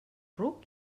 ruc